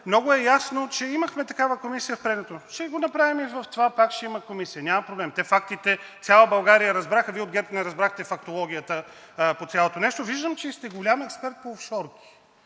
Много е ясно, че имахме такава комисия в предното, ще я направим и в това, пак ще има комисия, няма проблем. Фактите от цяла България разбраха, Вие от ГЕРБ не разбрахте фактологията по цялото нещо. Виждам, че сте и голям експерт по офшорки.